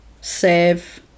save